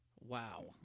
Wow